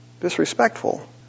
Disrespectful